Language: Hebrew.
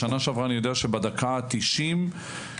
בשנה שעברה אני יודע שבדקה ה-90 המדינה,